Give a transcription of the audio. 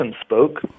spoke